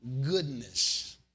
goodness